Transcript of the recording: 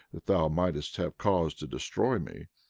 that thou mightest have cause to destroy me.